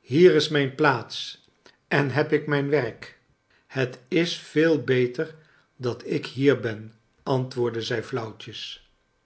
hier is mijn plaats en heb ik mijn werk het is veel beter dat ik hier ben antwoordde zij flauwtjes